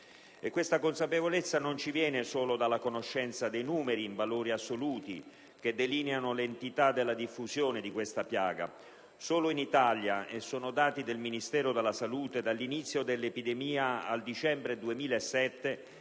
Questa consapevolezza non ci viene solo dalla conoscenza dei numeri, in valori assoluti, che delineano l'entità della diffusione di questa piaga: solo in Italia - e sono dati del Ministero della salute - dall'inizio dell'epidemia al dicembre 2007,